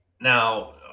Now